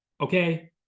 Okay